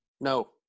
No